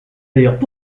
d’ailleurs